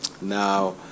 Now